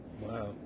Wow